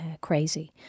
crazy